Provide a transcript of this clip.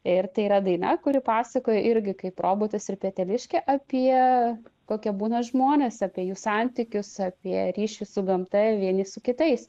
ir tai yra daina kuri pasakoja irgi kaip robotas ir peteliškė apie kokie būna žmonės apie jų santykius apie ryšį su gamta vieni su kitais